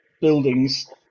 buildings